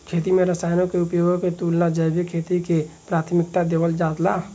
खेती में रसायनों के उपयोग के तुलना में जैविक खेती के प्राथमिकता देवल जाला